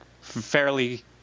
fairly